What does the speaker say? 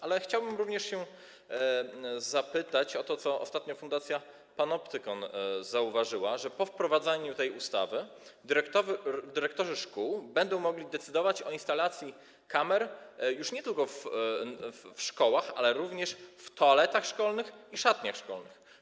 Ale chciałbym również zapytać o to, co ostatnio Fundacja Panoptykon zauważyła - że po wprowadzeniu tej ustawy dyrektorzy szkół będą mogli decydować o instalacji kamer już nie tylko w szkołach, ale również w toaletach szkolnych i szatniach szkolnych.